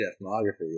ethnography